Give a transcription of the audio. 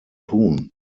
tun